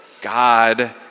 God